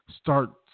start